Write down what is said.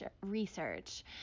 research